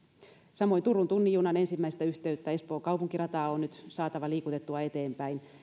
samoin turun tunnin junan ensimmäistä yhteyttä espoon kaupunkirataa on nyt saatava liikutettua eteenpäin